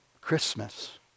Christmas